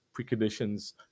preconditions